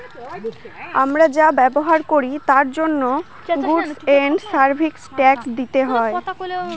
আমরা যা ব্যবহার করি তার জন্য গুডস এন্ড সার্ভিস ট্যাক্স দিতে হয়